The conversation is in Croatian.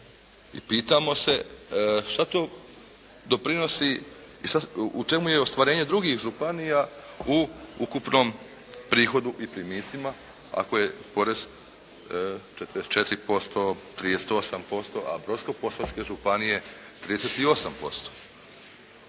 pitamo se šta to doprinosi, u čemu je ostvarenje drugih županija u ukupnom prihodu i primicima ako je porez 44%, 38%, a Brodsko-posavske županije 38%.